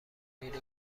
میری